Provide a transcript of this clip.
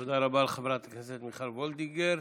תודה רבה לחברת הכנסת מיכל וולדיגר.